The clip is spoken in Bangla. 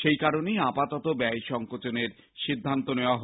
সেই কারণেই আপাতত ব্যয় সংক্ষোচের সিদ্ধান্ত নেওয়া হয়েছে